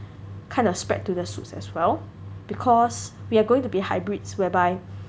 kind of spread to the suits as well because we're going to be hybrids whereby